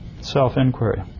self-inquiry